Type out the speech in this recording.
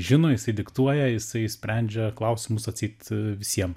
žino jisai diktuoja jisai sprendžia klausimus atseit visiem